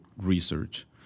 research